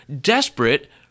desperate